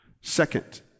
Second